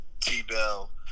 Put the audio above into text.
T-Bell